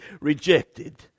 rejected